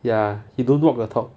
ya he don't walk the talk